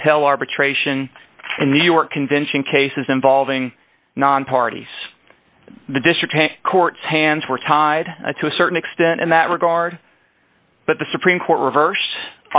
compel arbitration in new york convention cases involving non parties the district court's hands were tied to a certain extent in that regard but the supreme court reverse